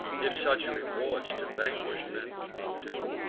if such rewards to vanquish'd men are due.